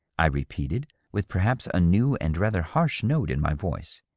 i repeated, with perhaps a new and rather harsh note in my voice.